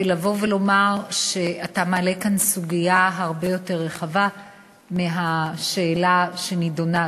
ולומר שאתה מעלה כאן סוגיה הרבה יותר רחבה מהשאלה שנדונה,